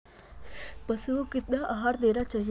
पशुओं को कितना आहार देना चाहि?